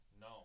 No